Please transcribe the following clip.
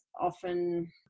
often